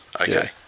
Okay